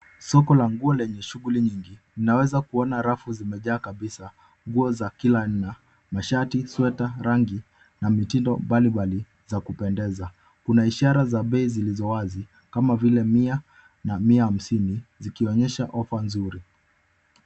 Soko la nguo lenye shughuli nyingi. Ninaweza kuona rafu zimejaa kabisa nguo za kila aina, mashati, sweta, rangi na mitindo mbalimbali za kupendeza. Kuna ishara za bei zilizo wazi kama vile mia na mia hamsini zikionyesha ofa nzuri.